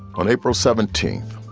on april seventeenth,